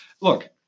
Look